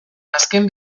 azken